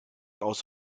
aus